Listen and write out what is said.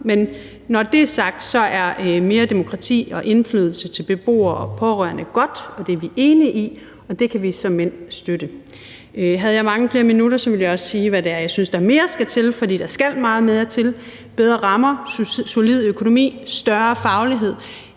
Men når det er sagt, er mere demokrati og indflydelse til beboere og pårørende godt. Det er vi enige i, og det kan vi såmænd støtte. Havde jeg mange flere minutter, ville jeg også sige, hvad det er, jeg synes der mere skal til, for der skal meget mere til: bedre rammer, solid økonomi, større faglighed.